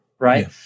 Right